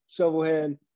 shovelhead